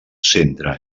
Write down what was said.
centre